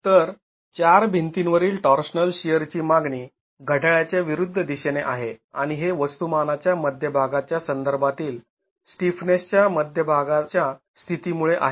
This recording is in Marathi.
तर चार भिंती वरील टॉर्शनल शिअर ची मागणी घड्याळाच्या विरुद्ध दिशेने आहे आणि हे वस्तुमानाच्या मध्यभागाच्या संदर्भातील स्टिफनेसच्या मध्यभागाच्या स्थितीमुळे आहे